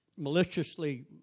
maliciously